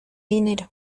dinero